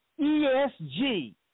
ESG